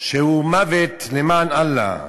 שהוא מוות למען אללה.